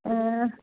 ஆ